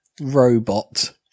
robot